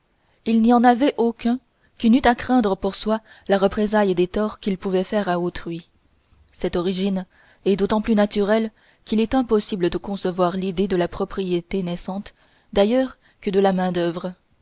il n'y en avait aucun qui n'eût à craindre pour soi la représaille des torts qu'il pouvait faire à autrui cette origine est d'autant plus naturelle qu'il est impossible de concevoir l'idée de la propriété naissante d'ailleurs que de la